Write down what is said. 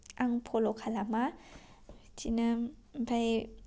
आं फल' खालामा बिदिनो ओमफाय